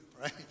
right